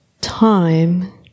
time